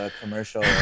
commercial